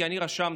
כי אני רשמתי.